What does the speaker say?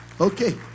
Okay